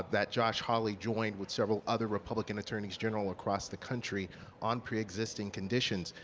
that josh hawley joined with several other republican attorneys general across the country on pre-existing conditions.